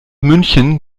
münchen